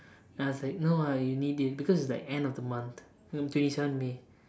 then I was like no ah you need it because is like end of the month on twenty seven may